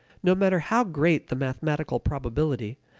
no matter how great the mathematical probability,